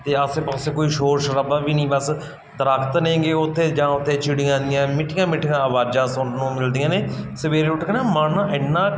ਅਤੇ ਆਸੇ ਪਾਸੇ ਕੋਈ ਸ਼ੋਰ ਸ਼ਰਾਬਾ ਵੀ ਨਹੀਂ ਬਸ ਦਰੱਖਤ ਨੇਗੇ ਉੱਥੇ ਜਾਂ ਉੱਥੇ ਚਿੜੀਆਂ ਦੀਆਂ ਮਿੱਠੀਆਂ ਮਿੱਠੀਆਂ ਆਵਾਜ਼ਾਂ ਸੁਣਨ ਨੂੰ ਮਿਲਦੀਆਂ ਨੇ ਸਵੇਰੇ ਉੱਠ ਕੇ ਨਾ ਮਨ ਨਾ ਇੰਨਾ